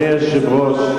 חברי חברי